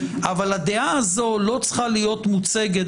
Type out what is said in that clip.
אבל הדעה הזאת לא צריכה להיות מוצגת,